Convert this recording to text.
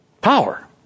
power